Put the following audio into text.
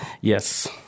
Yes